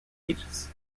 ages